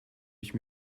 ich